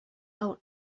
out